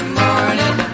morning